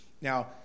Now